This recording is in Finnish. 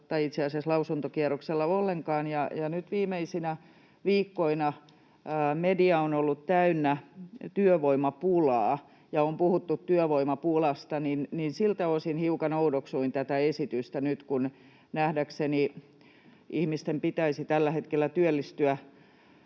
tai itse asiassa lausuntokierroksella ollenkaan. Kun nyt viimeisimpinä viikkoina media on ollut täynnä työvoimapulaa ja on puhuttu työvoimapulasta, niin siltä osin hiukan oudoksuin tätä esitystä nyt, kun nähdäkseni ihmisten pitäisi tällä hetkellä työllistyä